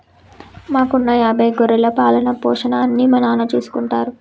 మాకున్న యాభై గొర్రెల పాలన, పోషణ అన్నీ మా నాన్న చూసుకుంటారు